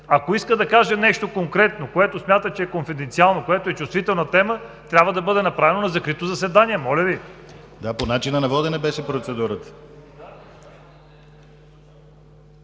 Ако иска да каже нещо конкретно, което смята, че е конфиденциално, което е чувствителна тема, трябва да бъде направено на закрито заседание, моля Ви! ПРЕДСЕДАТЕЛ ДИМИТЪР ГЛАВЧЕВ: По начина на водене беше процедурата.